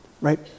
right